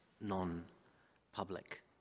non-public